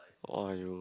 !aiyo!